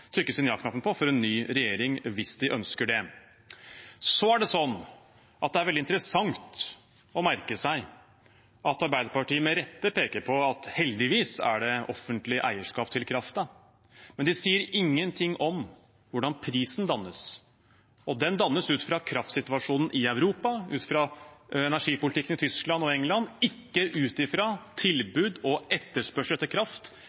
trykke inn ja-knappen på den, hvis de ønsker det. Det er veldig interessant å merke seg at Arbeiderpartiet med rette peker på at det heldigvis er offentlig eierskap til kraften, men de sier ingenting om hvordan prisen dannes. Den dannes ut fra kraftsituasjonen i Europa, ut fra energipolitikken i Tyskland og England, ikke ut fra tilbud og etterspørsel etter kraft